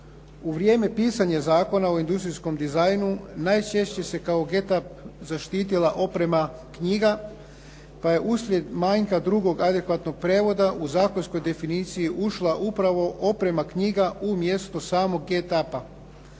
U vrijeme pisanja Zakona o industrijskom dizajnu najčešće se kao "get up" zaštitila oprema knjiga pa je uslijed manjka drugog adekvatnog prijevoda u zakonskoj definiciji ušla upravo oprema knjiga u mjesto samog "get upa".